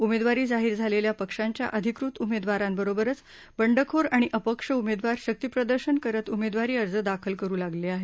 उमेदवारी जाहीर झालेल्या पक्षांच्या अधिकृत उमेदवारांबरोबरच बंडखोर आणि अपक्ष उमेदवार शक्तीप्रदर्शन करत उमेदवारी अर्ज दाखल करू लागले आहे